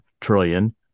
trillion